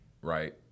right